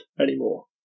anymore